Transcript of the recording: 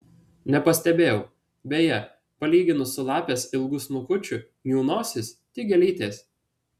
nepastebėjau beje palyginus su lapės ilgu snukučiu jų nosys tik gėlytės